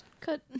cut